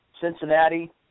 Cincinnati